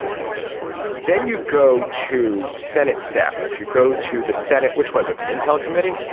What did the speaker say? ah essentially then you go to senate staffers, you go to the senate, which was at the intel committee.